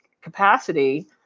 capacity